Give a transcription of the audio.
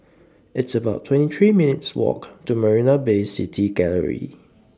It's about twenty three minutes' Walk to Marina Bay City Gallery